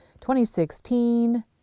2016